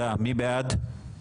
אורית, את מנמקת?